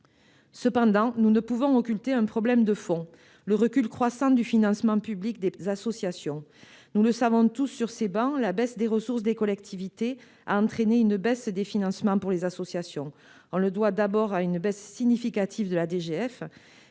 Toutefois, nous ne pouvons occulter un problème de fond : le recul croissant du financement public des associations. Nous le savons tous sur ces travées, la baisse des ressources des collectivités a entraîné une baisse des financements pour les associations. On le doit d'abord à une baisse significative de la